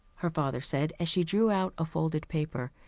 her father said, as she drew out a folded paper.